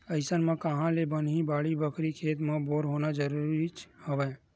अइसन म काँहा ले बनही बाड़ी बखरी, खेत म बोर होना जरुरीच हवय